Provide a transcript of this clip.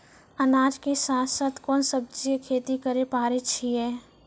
अनाज के साथ साथ कोंन सब्जी के खेती करे पारे छियै?